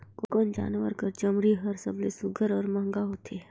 कोन जानवर कर चमड़ी हर सबले सुघ्घर और महंगा होथे?